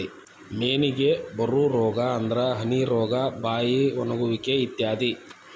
ಮೇನಿಗೆ ಬರು ರೋಗಾ ಅಂದ್ರ ಹನಿ ರೋಗಾ, ಬಾಯಿ ಒಣಗುವಿಕೆ ಇತ್ಯಾದಿ